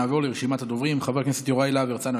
נעבור לרשימת הדוברים: חבר הכנסת יוראי להב הרצנו,